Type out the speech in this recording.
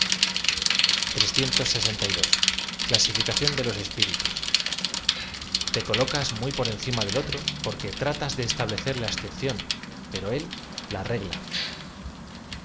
máa agradable lasificación de los espíritus t e colocas muy por encima del otro porque tratas de establecer la excepción pero él la regla